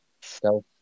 Self